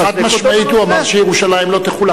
חד-משמעית הוא אמר שירושלים לא תחולק.